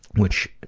which